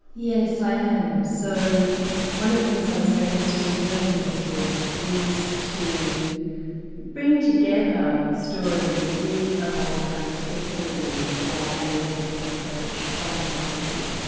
yes, i am. so one of the things i was very interested in doing in this book was to bring together stories with a more kind of speculative or analytic approach from philosophy,